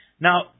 Now